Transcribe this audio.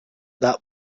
that